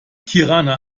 tirana